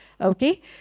okay